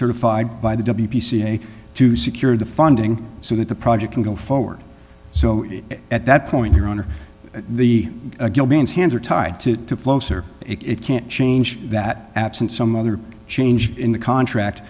certified by the p c a to secure the funding so that the project can go forward so at that point your honor the man's hands are tied to the flow sir it can't change that absent some other change in the contract